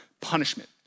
punishment